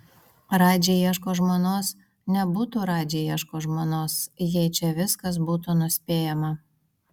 radži ieško žmonos nebūtų radži ieško žmonos jei čia viskas būtų nuspėjama